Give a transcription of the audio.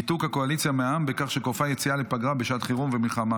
ניתוק הקואליציה מהעם בכך שהיא כופה יציאה לפגרה בשעת חירום ומלחמה,